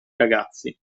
ragazzi